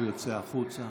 הוא יוצא החוצה.